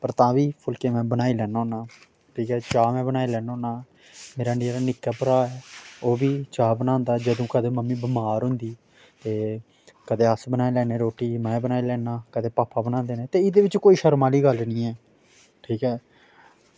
पर तां बी फुलके में बनाई लैन्ना होन्ना ते चाह् में बनाई लैन्ना होन्ना मेरा जेह्ड़ा निक्का भ्राऽ ओह् बी चाह् बनांदा जदूं कदें मम्मी बमार होंदी ते कदें अस बनाई लैना रुट्टी में बनाई लैन्ना कदें पापा बनांदे न ते एह्दे च कदें कोई शर्म आह्ली गल्ल निं ऐ ठीक ऐ